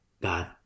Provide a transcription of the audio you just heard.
God